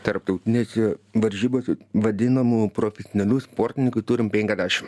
tarptautinėse varžybose vadinamų profesionalių sportininkų turim penkiasdešim